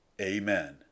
Amen